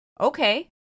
okay